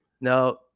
no